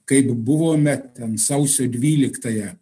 kaip buvome ten sausio dvyliktąją